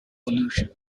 pollution